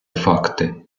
факти